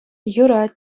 юрать